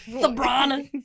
Sabrina